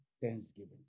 Thanksgiving